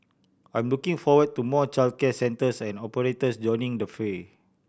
I'm looking forward to more childcare centres and operators joining the fray